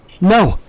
No